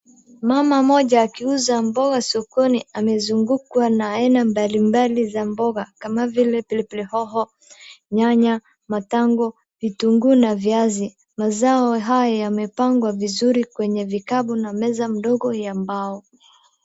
Mama mmoja akiuza mboga sokoni amezungukwa na aina mbalimbali za mboga kama vile pilipilihoho, nyanya, matango, vitunguu na viazi. Mazao haya yamepangwa vizuri kwenye vikapu na meza mdogo ya bao.